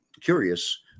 curious